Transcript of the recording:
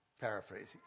paraphrasing